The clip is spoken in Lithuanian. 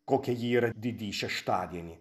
kokia ji yra didįjį šeštadienį